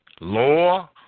law